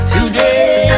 Today